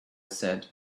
said